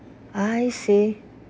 I see